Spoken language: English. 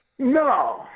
No